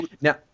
now